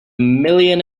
million